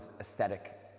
aesthetic